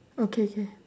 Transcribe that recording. okay can